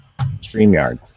StreamYard